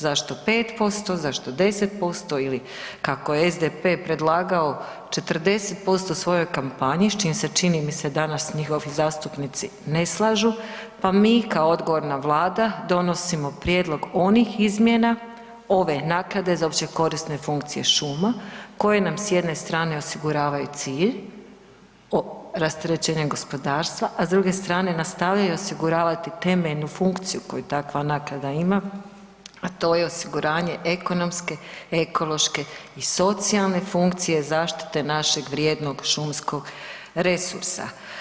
Zašto 5%, zašto 10% ili kako je SDP predlagao 40% u svojoj kampanji s čim se čini mi se danas njihovi zastupnici ne slažu, pa mi kao odgovorna Vlada donosimo prijedlog onih izmjena ove naknade za općekorisne funkcije šuma koje nam s jedne strane osiguravaju cilj, rasterećenje gospodarstva, a s druge strane nastavljaju osiguravati temelju funkciju koju takva naknada ima, a to je osiguranje ekonomske, ekološke i socijalne funkcije zaštite našeg vrijednog šumskog resursa.